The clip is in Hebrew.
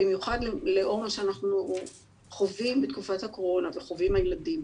במיוחד לאור מה שאנחנו חווים בתקופת הקורונה וחווים הילדים.